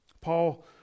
paul